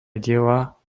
diela